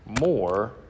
more